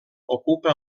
ocupa